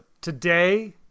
today